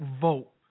vote